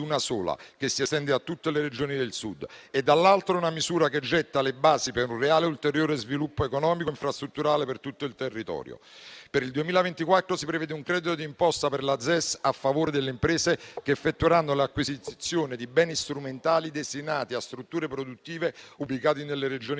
una sola, che si estende a tutte le Regioni del Sud e, dall'altro, è una misura che getta le basi per un reale ulteriore sviluppo economico e infrastrutturale di tutto il territorio. Per il 2024, si prevede un credito d'imposta per la ZES a favore delle imprese che effettueranno l'acquisizione di beni strumentali destinati a strutture produttive ubicate nelle Regioni